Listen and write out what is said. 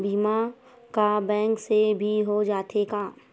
बीमा का बैंक से भी हो जाथे का?